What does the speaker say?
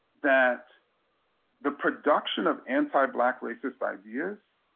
that the production of anti black racist ideas